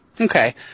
Okay